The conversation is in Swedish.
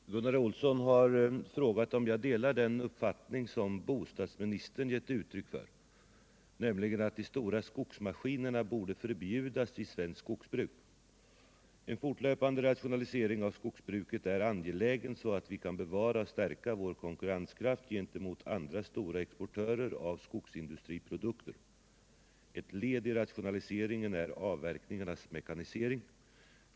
Herr talman! Gunnar Olsson har frågat om jag delar den uppfattning som bostadsministern gett uttryck för, nämligen att de stora skogsmaskinerna borde förbjudas i svenskt skogsbruk. En fortlöpande rationalisering av skogsbruket är angelägen, så att vi kan bevara och stärka vår konkurrenskraft gentemot andra stora exportörer av skogsindustriprodukter. Ett led i rationaliseringen är avverkningarnas mekanisering.